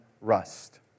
rust